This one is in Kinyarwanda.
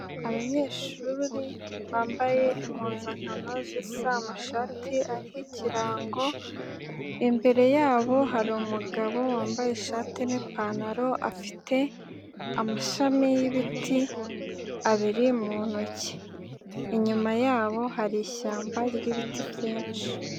Abanyeshuri bambaye impuzankano zisa, amashati ariho ikirango, imbere yabo hari umugabo wambaye ishati n'ipantaro afite amashami y'ibiti abiri mu ntoki. Inyuma yabo hari ishyamba ry'ibiti byinshi.